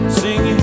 sing